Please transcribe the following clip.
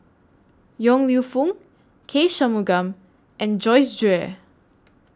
Yong Lew Foong K Shanmugam and Joyce Jue